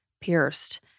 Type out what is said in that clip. pierced